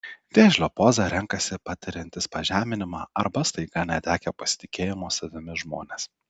vėžlio pozą renkasi patiriantys pažeminimą arba staiga netekę pasitikėjimo savimi žmonės